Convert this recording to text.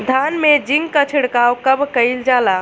धान में जिंक क छिड़काव कब कइल जाला?